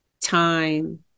time